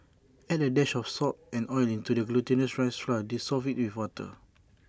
add A dash of salt and oil into the glutinous rice flour dissolve IT with water